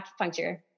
acupuncture